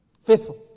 Faithful